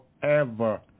forever